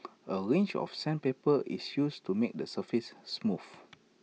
A range of sandpaper is used to make the surface smooth